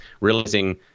realizing